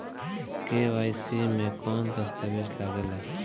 KYC मे कौन दश्तावेज लागेला?